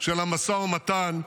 של המשא ומתן,